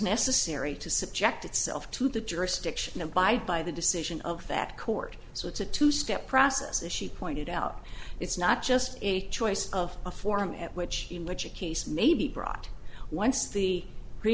necessary to subject itself to the jurisdiction abide by the decision of that court so it's a two step process that she pointed out it's not just a choice of a format which in which a case may be brought once the re